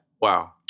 Wow